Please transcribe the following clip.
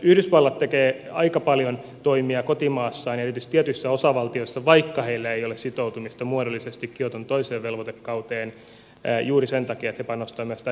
yhdysvallat tekee aika paljon toimia kotimaassa ja tietyissä osavaltioissa vaikka heillä ei ole sitoutumista muodollisesti kioton toiseen velvoitekauteen juuri sen takia että he panostavat myös tähän ympäristöteknologiaan